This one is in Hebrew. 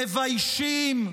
מביישים,